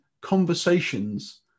conversations